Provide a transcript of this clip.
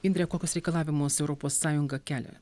indre kokius reikalavimus europos sąjunga kelia